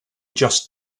just